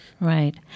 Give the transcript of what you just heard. Right